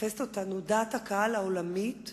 אותנו דעת הקהל העולמית,